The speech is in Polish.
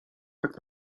tak